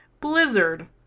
blizzard